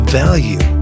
value